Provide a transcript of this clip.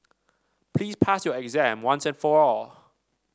please pass your exam once and for all